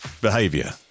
behavior